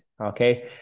okay